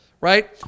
right